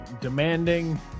demanding